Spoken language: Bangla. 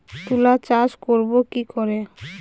তুলা চাষ করব কি করে?